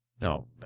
No